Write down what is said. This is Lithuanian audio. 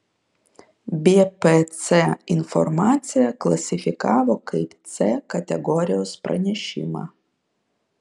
bpc informaciją klasifikavo kaip c kategorijos pranešimą